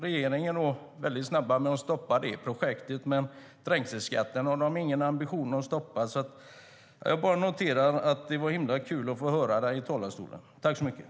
Regeringen var ju väldigt snabb med att stoppa det projektet, men trängselskatten har man ingen ambition att stoppa. Jag bara noterar att det var himla kul att få höra dig i talarstolen, Börje Vestlund.